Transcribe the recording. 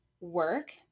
work